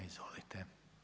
Izvolite.